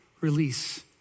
release